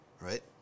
Right